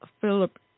Philip –